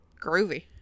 Groovy